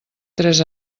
tres